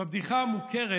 בבדיחה המוכרת